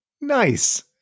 Nice